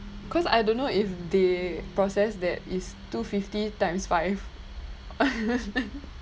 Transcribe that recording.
cause I don't know if they process that it's two fifty times five